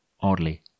oddly